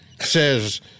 Says